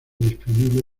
disponible